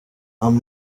akora